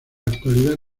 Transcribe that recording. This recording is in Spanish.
actualidad